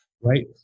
right